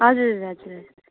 हजुर हजुर